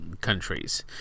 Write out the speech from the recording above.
countries